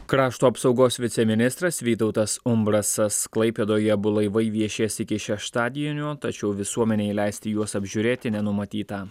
krašto apsaugos viceministras vytautas umbrasas klaipėdoje abu laivai viešės iki šeštadienio tačiau visuomenei leisti juos apžiūrėti nenumatyta